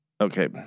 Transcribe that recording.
Okay